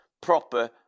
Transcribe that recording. proper